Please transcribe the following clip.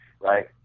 right